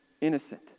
innocent